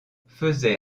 faisait